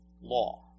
law